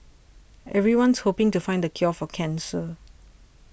everyone's hoping to find the cure for cancer